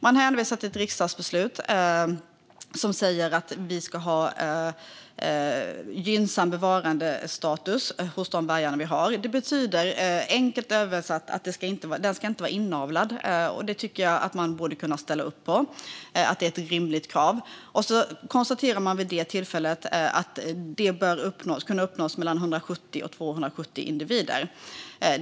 Man hänvisar till ett riksdagsbeslut som säger att vi ska ha gynnsam bevarandestatus hos de vargar vi har. Det betyder enkelt översatt att stammen inte ska vara inavlad. Att det är ett rimligt krav tycker jag att man borde kunna ställa upp på. Vid det tillfället konstaterade man att detta borde kunna uppnås med mellan 170 och 270 individer.